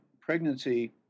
pregnancy